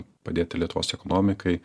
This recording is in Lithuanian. padėti lietuvos ekonomikai